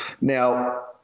now